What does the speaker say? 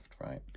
right